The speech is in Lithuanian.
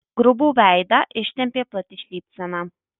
grubų veidą ištempė plati šypsena